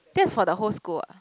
that's for the whole school what